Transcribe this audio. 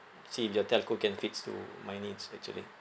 see if your telco can fits to my needs actually ya